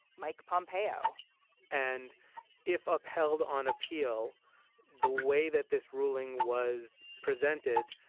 mike pompeo and if upheld on appeal the way that this ruling was presented,